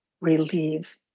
relieve